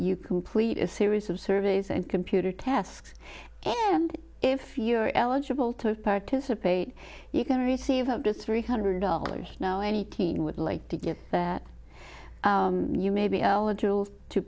you complete a series of surveys and computer tasks and if you're eligible to participate you can receive up to three hundred dollars now any teen would like to get that you may be eligible to